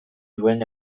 duen